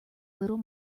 little